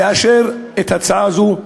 לאשר את ההצעה הזאת.